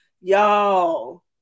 y'all